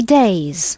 days